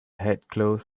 headcloth